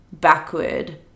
Backward